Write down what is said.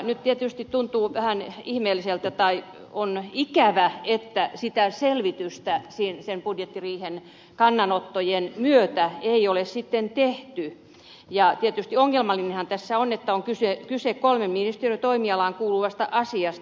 nyt tietysti on ikävä että sitä selvitystä sen budjettiriihen kannanottojen myötä ei ole sitten tehty ja tietysti ongelmallistahan tässä on että on kyse kolmen ministeriön toimialaan kuuluvasta asiasta